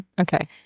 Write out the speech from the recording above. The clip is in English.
Okay